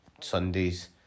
Sunday's